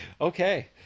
Okay